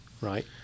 right